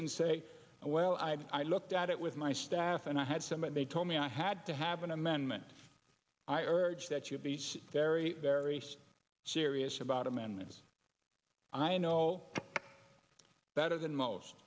and say well i had i looked at it with my staff and i had some and they told me i had to have an amendment i urge that you be very very serious about amendments and i know better than most